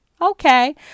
Okay